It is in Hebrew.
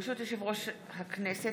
ברשות יושב-ראש הכנסת,